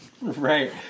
Right